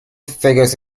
figures